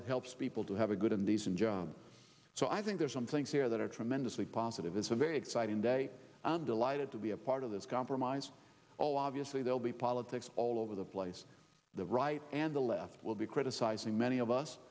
it helps people to have a good and decent job so i think there's some things here that are tremendously positive it's a very exciting day and delighted to be a part of this compromise all obviously they'll be politics all over the place the right and the left will be criticizing many of us